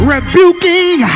Rebuking